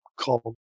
called